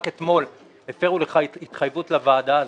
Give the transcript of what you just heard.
רק אתמול הפרו לך התחייבות לוועדה הזאת.